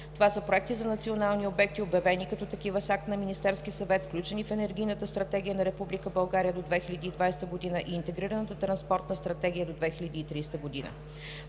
Това са проекти за национални обекти, обявени като такива с акт на Министерския съвет, включени в Енергийната стратегия на Република България до 2020 г. и Интегрираната транспортна стратегия до 2030 г.